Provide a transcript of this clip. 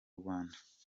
rwanda